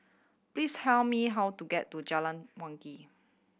please tell me how to get to Jalan Wangi